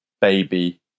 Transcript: baby